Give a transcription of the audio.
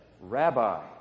Rabbi